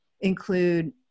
include